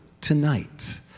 tonight